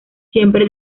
siempre